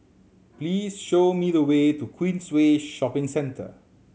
please show me the way to Queensway Shopping Centre